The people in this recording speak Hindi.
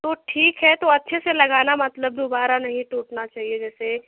तो ठीक है तो अच्छे से लगाना मतलब दुबारा नहीं टूटना चाहिए जैसे